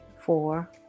four